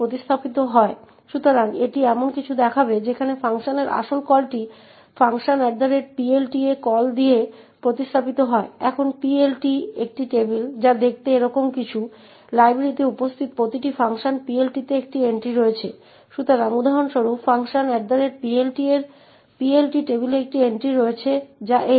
এবং তারপর এটিকে print3a হিসাবে চালাই এবং মনে রাখবেন যে এই 60টি s এর সাথে মিলে যায়